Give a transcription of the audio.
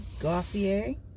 Garfier